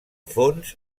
fons